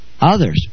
others